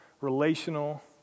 relational